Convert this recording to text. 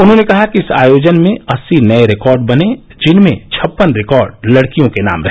उन्होंने कहा कि इस आयोजन में अस्सी नये रिकॉर्ड बने जिनमें छप्पन रिकॉर्ड लड़कियों के नाम रहे